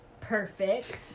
perfect